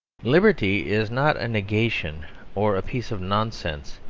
liberty is not a negation or a piece of nonsense,